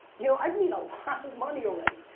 you know i've made a lot of money already.